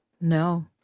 No